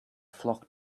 flock